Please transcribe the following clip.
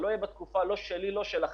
זה לא יהיה בתקופה שלי או שלכם.